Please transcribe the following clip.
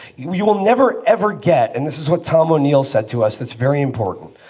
you will never, ever get. and this is what tom o'neil said to us. that's very important.